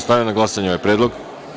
Stavljam na glasanje ovaj predlog.